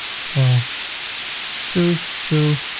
so two, two,